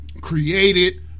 created